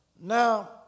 Now